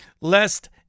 lest